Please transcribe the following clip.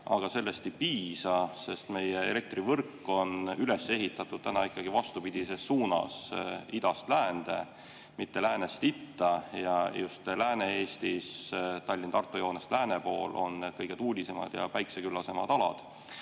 Aga sellest ei piisa, sest meie elektrivõrk on üles ehitatud vastupidises suunas – idast läände, mitte läänest itta. Just Lääne-Eestis, Tallinna–Tartu joonest lääne pool on need kõige tuulisemad ja päikseküllasemad alad,